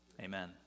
amen